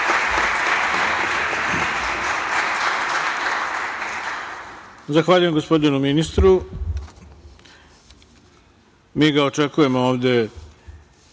Zahvaljujem gospodinu ministru. Mi ga očekujemo ovde